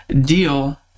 deal